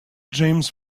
james